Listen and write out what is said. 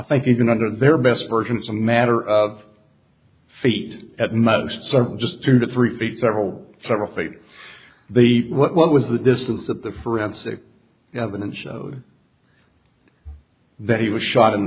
think even under their best version it's a matter of feet at most certainly just two to three feet several several feet the what was the distance of the forensic evidence showed that he was shot